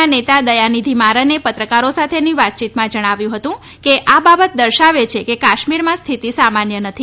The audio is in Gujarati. ના નેતા દથાનિધિ મારને પત્રકારો સાથેની વાતચીતમાં જણાવ્યું હતું કે આ બાબત દર્શાવે છે કે કાશ્મિરમાં સ્થિતિ સામાન્ય નથી